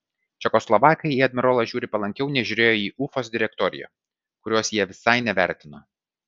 čekoslovakai į admirolą žiūri palankiau nei žiūrėjo į ufos direktoriją kurios jie visai nevertino